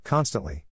Constantly